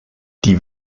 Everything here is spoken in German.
die